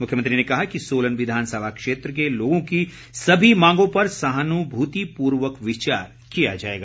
मुख्यमंत्री ने कहा कि सोलन विधानसभा क्षेत्र के लोगों की सभी मांगों पर सहानुभूतिपूर्वक विचार किया जाएगा